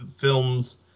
films